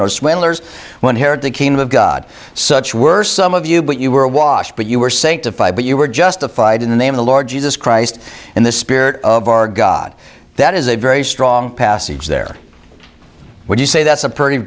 no swindlers when herod the kingdom of god such were some of you but you were washed but you were sent to fight but you were justified in the name of the lord jesus christ and the spirit of our god that is a very strong passage there would you say that's a pretty